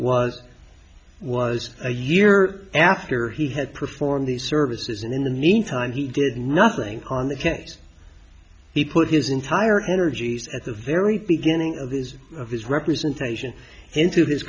was was a year after he had performed these services and in the meantime he did nothing on the cans he put his entire energies at the very beginning of his of his representation into this